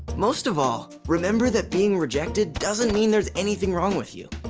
most of all, remember that being rejected doesn't mean there's anything wrong with you,